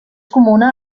comuna